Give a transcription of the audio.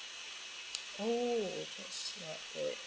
oh that's not good